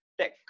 Tech